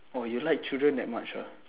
oh you like children that much ah